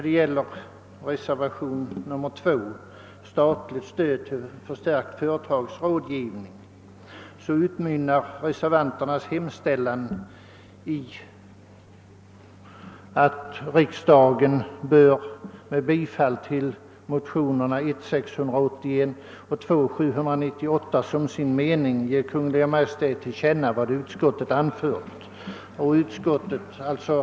Hemställan i reservationen 2 beträffande statligt stöd till förstärkt företagsrådgivning utmynnar i att riksdagen med bifall till motionerna 1:681 och 11:798 som sin mening ger Kungl. Maj:t till känna vad utskottet anfört.